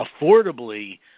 affordably